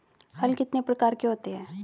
हल कितने प्रकार के होते हैं?